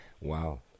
wow